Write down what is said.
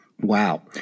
Wow